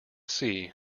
see